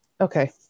okay